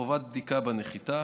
חובת בדיקה בנחיתה